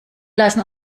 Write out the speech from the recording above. lassen